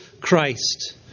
Christ